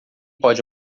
pode